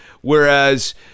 Whereas